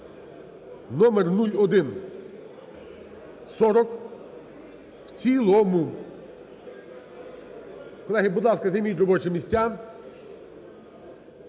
(№ 0140) в цілому. Колеги, будь ласка, займіть робочі місця.